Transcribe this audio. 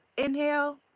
Inhale